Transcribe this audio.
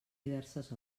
diverses